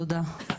תודה.